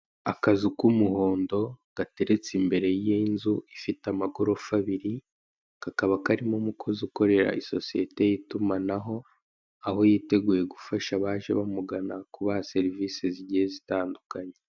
Akazu k'umuhondo gateretse imbere y'inzu ifite amagorofa abiri kakabakarimo umukozi ukorera isosiyete y'itumanaho aho yiteguye gufasha abaje bamugana kubaha serivise zigiye zitandukanye.